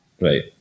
Right